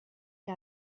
que